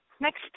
Next